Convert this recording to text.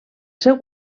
seu